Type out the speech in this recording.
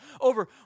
over